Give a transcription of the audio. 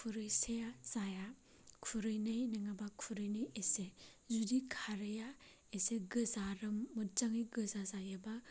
खुरैसेया जाया खुरैनै नङाबा खुरैनै एसे जुदि खारैआ एसे गोजारोम मोजाङै गोजा जायोबा